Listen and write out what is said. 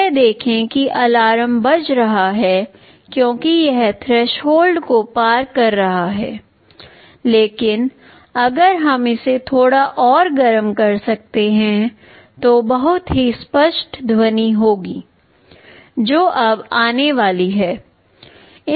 यह देखें कि अलार्म बज रहा है क्योंकि यह थ्रेसोल्ड को पार कर रहा है लेकिन अगर हम इसे थोड़ा और गर्म कर सकते हैं तो एक बहुत ही स्पष्ट ध्वनि होगी जो अब आने वाली है